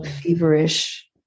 feverish